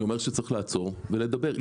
אני אומר שצריך לעצור ולדבר.